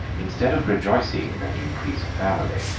instead of rejoicing in an increase of family,